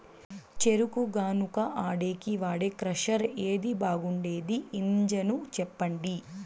చెరుకు గానుగ ఆడేకి వాడే క్రషర్ ఏది బాగుండేది ఇంజను చెప్పండి?